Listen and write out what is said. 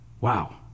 Wow